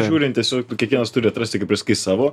žiūrint tiesio kiekvienas turi atrasti kaip ir sakai savo